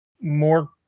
more